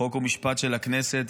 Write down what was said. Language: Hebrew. חוק ומשפט של הכנסת.